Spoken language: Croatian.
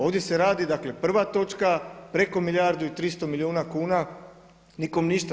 Ovdje se radi prva točka preko milijardu i 300 milijuna kuna, nikom ništa.